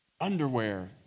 underwear